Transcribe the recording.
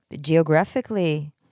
geographically